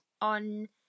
on